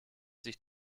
sich